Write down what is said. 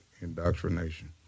indoctrination